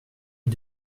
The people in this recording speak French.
est